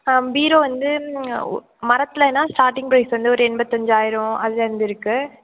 ஆ bureau வந்து மரத்துலன்னா starting price வந்து ஒரு எண்பதஞ்சாயிரம் அதுலேந்து இருக்கு